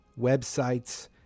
websites